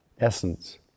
essence